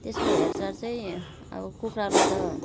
त्यसको हेरचाह चाहिँ अब कुखुरालाई त